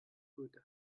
buddha